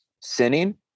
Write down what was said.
sinning